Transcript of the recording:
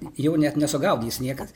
jau net nesugaudys niekas